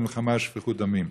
במלחמה ובשפיכות דמים.